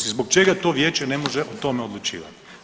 Zbog čega to vijeće ne može o tome odlučivati?